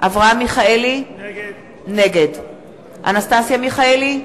אברהם מיכאלי, נגד אנסטסיה מיכאלי,